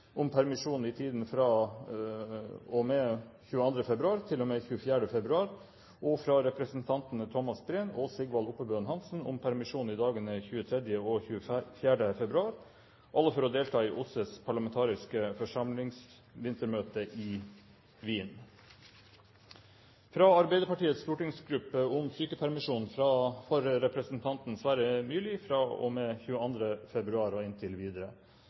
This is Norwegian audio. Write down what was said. om permisjon i tiden fra og med 22. februar til og med 24. februar, og fra representantene Thomas Breen og Sigvald Oppebøen Hansen om permisjon i dagene 23. og 24. februar – alle for delta i OSSEs parlamentariske forsamlings vintermøte i Wien fra Arbeiderpartiets stortingsgruppe om sykepermisjon for representanten Sverre Myrli fra og med 22. februar og inntil videre